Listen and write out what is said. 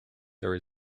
there